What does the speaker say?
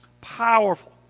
Powerful